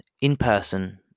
in-person